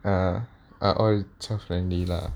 are are all child friendly lah